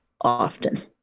often